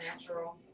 natural